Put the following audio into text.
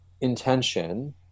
intention